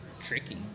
tricky